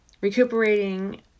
recuperating